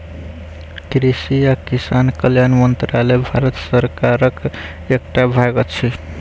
कृषि आ किसान कल्याण मंत्रालय भारत सरकारक एकटा भाग अछि